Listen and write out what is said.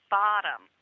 bottom